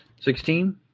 Sixteen